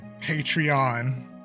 Patreon